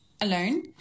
alone